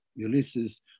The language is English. Ulysses